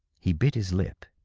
he bit his lip,